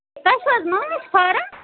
تۄہہِ چھُو حظ ماچھ فارَم